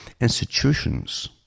institutions